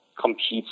competes